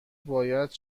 باید